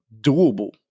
doable